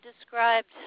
described